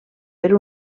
per